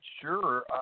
sure